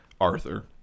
Arthur